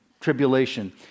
tribulation